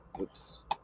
oops